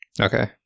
okay